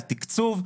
על תקצוב,